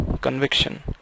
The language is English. conviction